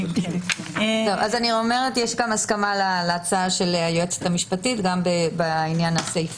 יש כאן הסכמה על ההצעה של היועצת המשפטית גם בעניין הסעיף